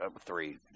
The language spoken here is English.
three